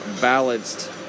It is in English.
balanced